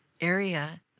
area